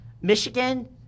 Michigan